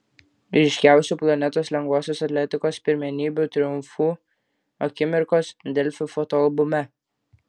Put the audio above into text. ryškiausių planetos lengvosios atletikos pirmenybių triumfų akimirkos delfi fotoalbume